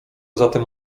zatem